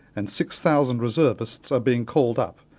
and six thousand reservists are being called up.